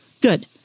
Good